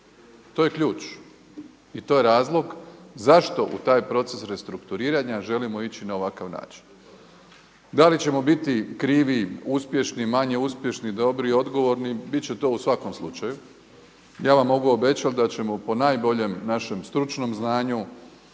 To je ključ i to je razlog zašto u taj proces restrukturiranja želimo ići na ovakav način. Da li ćemo biti krivi, uspješni, manje uspješni, dobri, odgovorni bit će to u svakom slučaju. Ja vam mogu obećati da ćemo po najboljem našem stručnom znanju,